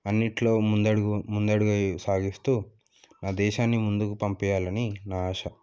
అన్నిట్లో ముందడుగు ముందడుగు సాగిస్తూ నా దేశాన్ని ముందుకు పంపియాలని నా ఆశ